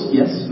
yes